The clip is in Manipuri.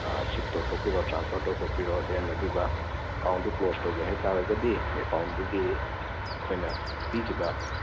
ꯁꯤꯐ ꯇꯧꯊꯣꯛꯄꯤꯔꯣ ꯇ꯭ꯔꯥꯟꯁꯐꯔ ꯇꯧꯊꯣꯛꯄꯤꯔꯣ ꯗꯦꯟ ꯑꯗꯨꯒ ꯑꯦꯀꯥꯎꯟꯗꯨ ꯀ꯭ꯂꯦꯖ ꯇꯧꯒꯦ ꯍꯥꯏꯇꯥꯔꯒꯗꯤ ꯑꯦꯀꯥꯎꯟꯗꯨꯒꯤ ꯑꯩꯈꯣꯏꯅ ꯄꯤꯈꯤꯕ